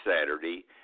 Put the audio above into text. Saturday